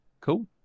Cool